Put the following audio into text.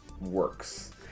works